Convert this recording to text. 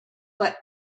but